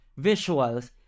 visuals